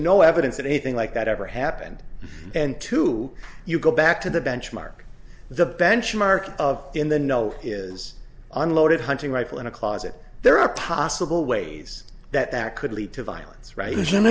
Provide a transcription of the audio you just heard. no evidence that anything like that ever happened and to you go back to the benchmark the benchmark of in the know is unloaded hunting rifle in a closet there are possible ways that that could lead to violence r